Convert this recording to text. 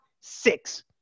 Six